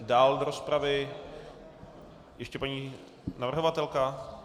Dál do rozpravy ještě paní navrhovatelka?